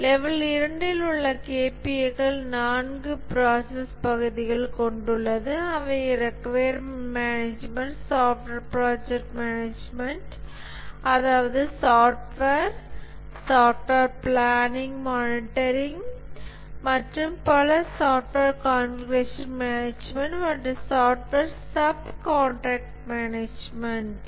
level 2 இல் உள்ள KPA க்கள் 4 ப்ராசஸ் பகுதிகள் கொண்டுள்ளது அவை requirement management software project management அதாவது சாப்ட்வேர் சாஃப்ட்வேர் பிளானிங் மானிட்டரிங் மற்றும் பல சாஃப்ட்வேர் கான்ஃபிகுரேஷன் மேனேஜ்மென்ட் மற்றும் சாஃப்ட்வேர் சப் காண்ட்ராக்ட் மேனேஜ்மென்ட்